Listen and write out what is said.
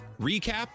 recap